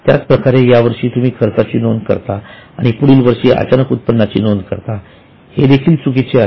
त्याचप्रमाणे या वर्षी तुम्ही खर्चाची नोंद करता आणि पुढील वर्षी अचानक उत्पन्नाची नोंद करतात हे देखील चुकीचे आहे